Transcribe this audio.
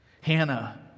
Hannah